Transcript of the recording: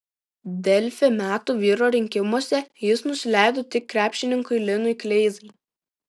delfi metų vyro rinkimuose jis nusileido tik krepšininkui linui kleizai